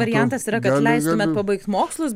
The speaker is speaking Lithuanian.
variantas yra kad leistumėt pabaigt mokslus